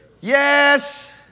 Yes